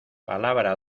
palabra